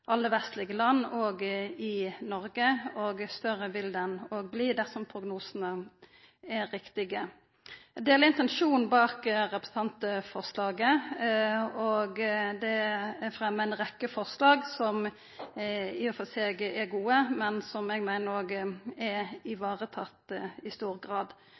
alle vestlege land, òg i Noreg, og større vil den verta dersom prognosane er riktige. Eg deler intensjonen bak representantforslaget. Det er fremja ei rekkje forslag som i og for seg er gode, men som eg meiner er varetatt i stor grad.